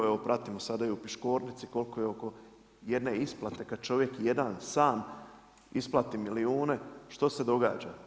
Evo pratimo sada i u Piškornici koliko je oko jedne isplate kad čovjek jedan sam isplati milijune, što se događa?